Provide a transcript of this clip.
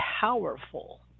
powerful